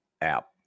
app